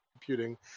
computing